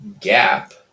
gap